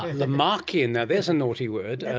lamarckian, now there's a naughty word.